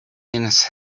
mince